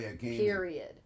period